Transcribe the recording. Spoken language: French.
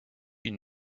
une